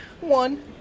one